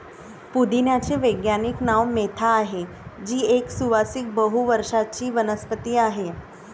पुदिन्याचे वैज्ञानिक नाव मेंथा आहे, जी एक सुवासिक बहु वर्षाची वनस्पती आहे